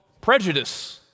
Prejudice